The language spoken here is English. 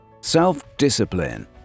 self-discipline